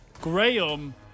Graham